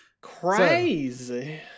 crazy